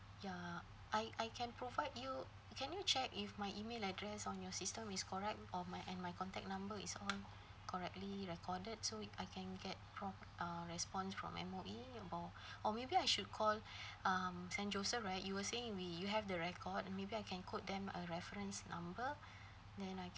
ya I I can provide you can you check if my email address on your system is correct or my and my contact number is all correctly recorded so it I can get from uh response from M_O_E or or maybe I should call um saint joseph right you were saying we you have the record maybe I can quote them a reference number then I can